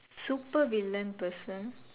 super villain person